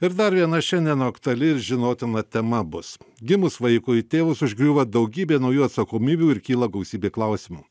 ir dar viena šiandien aktuali ir žinotina tema bus gimus vaikui tėvus užgriūva daugybė naujų atsakomybių ir kyla gausybė klausimų